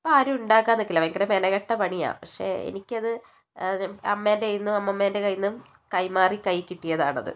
ഇപ്പോൾ ആരും ഉണ്ടാക്കാൻ നിക്കില്ല ഭയങ്കര മെനെക്കെട്ട പണിയാണ് പക്ഷേ എനിക്കത് അമ്മേൻ്റെ കയ്യിന്നും അമ്മെമ്മേൻ്റെ കയ്യിന്നും കൈമാറി കൈ കിട്ടിയതാണത്